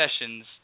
sessions